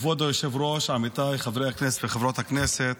כבוד היושב-ראש, עמיתיי חברי הכנסת וחברות הכנסת.